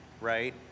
right